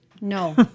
No